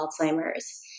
Alzheimer's